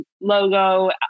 logo